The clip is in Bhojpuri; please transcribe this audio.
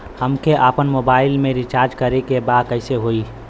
हमके आपन मोबाइल मे रिचार्ज करे के बा कैसे होई?